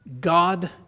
God